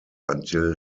until